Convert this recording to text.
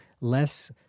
less